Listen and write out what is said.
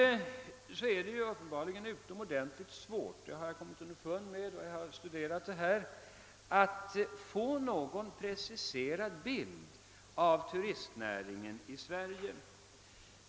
| Uppenbarligen är det ytterligt svårt — det har jag kommit underfund med när jag har studerat denna fråga — att få någon preciserad bild av turistnäringen i Sverige.